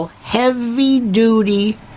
heavy-duty